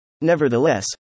Nevertheless